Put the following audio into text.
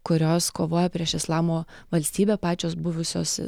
kurios kovoja prieš islamo valstybę pačios buvusios